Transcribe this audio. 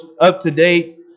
up-to-date